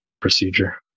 procedure